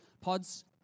Pods